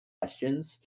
questions